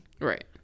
Right